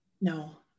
No